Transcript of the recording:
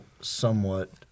somewhat